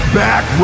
back